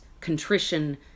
contrition